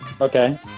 Okay